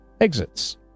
exits